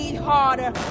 Harder